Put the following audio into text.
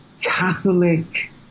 Catholic